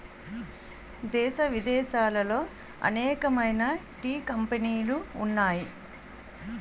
దేశ విదేశాలలో అనేకమైన టీ కంపెనీలు ఉన్నాయి